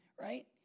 Right